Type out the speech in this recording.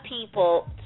people